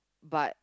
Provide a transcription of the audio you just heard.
but